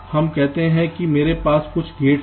हम कहते हैं कि मेरे पास कुछ Gate हैं